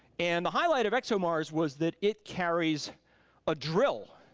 and the highlight of exomars was that it carries a drill